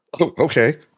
Okay